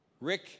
Rick